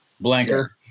Blanker